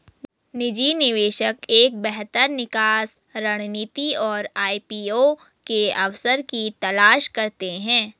निजी निवेशक एक बेहतर निकास रणनीति और आई.पी.ओ के अवसर की तलाश करते हैं